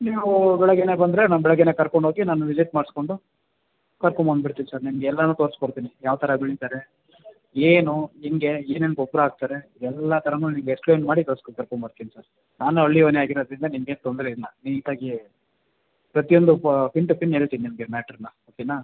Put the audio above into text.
ನೀವು ಬೆಳಗ್ಗೆನೇ ಬಂದರೆ ನಾನು ಬೆಳಗ್ಗೆನೇ ಕರ್ಕೊಂಡೋಗಿ ನಾನು ವಿಸಿಟ್ ಮಾಡಿಸ್ಕೊಂಡು ಕರ್ಕೊಂಬಂದ್ಬಿಡ್ತೀನಿ ಸರ್ ನಿಮಗೆಲ್ಲಾನು ತೋರಿಸಿಕೊಡ್ತೀನಿ ಯಾವ ಥರ ಬೆಳಿತಾರೆ ಏನು ಹೆಂಗೆ ಏನೇನು ಗೊಬ್ಬರ ಹಾಕ್ತಾರೆ ಎಲ್ಲ ಥರನು ನಿಮ್ಗೆ ಎಕ್ಸ್ಪ್ಲೇನ್ ಮಾಡಿ ತೋರ್ಸ್ಕೊಂಕರ್ಕೊಂಬರ್ತಿನಿ ಸರ್ ನಾನೂ ಹಳ್ಳಿಯವನೇ ಆಗಿರೋದರಿಂದ ನಿಮಗೆ ತೊಂದರೆ ಇಲ್ಲ ನೀಟಾಗಿ ಪ್ರತಿಯೊಂದು ಪ ಪಿನ್ ಟು ಪಿನ್ ಹೇಳ್ತೀನ್ ನಿಮಗೆ ಮ್ಯಾಟ್ರನ್ನು ಓಕೆನಾ